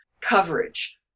coverage